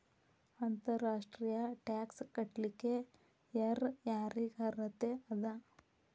ಅಂತರ್ ರಾಷ್ಟ್ರೇಯ ಟ್ಯಾಕ್ಸ್ ಕಟ್ಲಿಕ್ಕೆ ಯರ್ ಯಾರಿಗ್ ಅರ್ಹತೆ ಅದ?